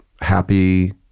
happy